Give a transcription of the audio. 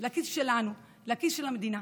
לכיס שלנו, לכיס של המדינה.